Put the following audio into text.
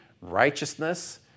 righteousness